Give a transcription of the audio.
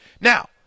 Now